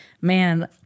man